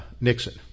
Nixon